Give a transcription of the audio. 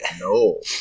No